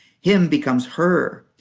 him becomes her.